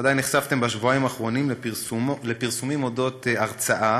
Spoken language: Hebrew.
בוודאי נחשפתם בשבועיים האחרונים לפרסומים על אודות הרצאה